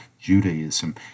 Judaism